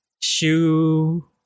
shoe